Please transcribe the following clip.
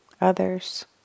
others